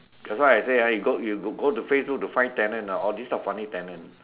that's why I say ah you go you go go to Facebook to find tenant ah all these are funny tenant